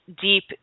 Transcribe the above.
deep